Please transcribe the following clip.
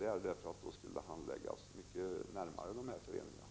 Då skulle det här handläggas mycket närmare föreningarna.